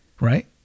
right